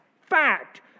fact